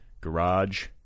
garage